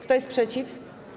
Kto jest przeciw?